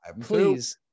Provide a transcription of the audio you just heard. please